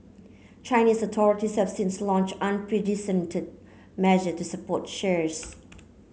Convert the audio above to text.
Chinese authorities have since launched unprecedented measure to support shares